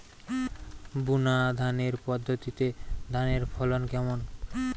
বুনাধানের পদ্ধতিতে ধানের ফলন কেমন?